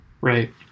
Right